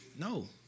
No